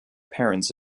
parents